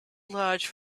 large